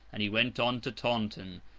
and he went on to taunton,